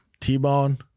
T-bone